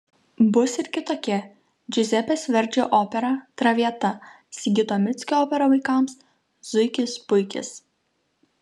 bus ir kitokia džiuzepės verdžio opera traviata sigito mickio opera vaikams zuikis puikis